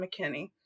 McKinney